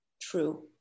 true